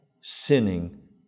sinning